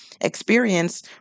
experience